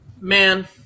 Man